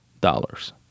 dollars